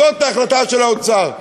זאת ההחלטה של האוצר.